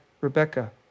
Rebecca